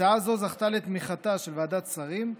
הצעה זו זכתה לתמיכתה של ועדת שרים,